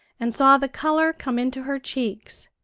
and saw the color come into her cheeks,